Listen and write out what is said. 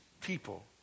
people